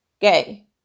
gay